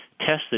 tested